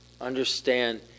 understand